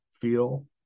feel